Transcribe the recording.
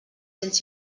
cents